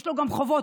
יש לו גם חובות,